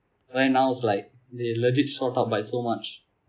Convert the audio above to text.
then now is like it legit shot up by so much